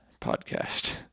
podcast